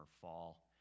fall